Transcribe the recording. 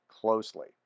closely